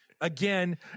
again